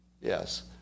Yes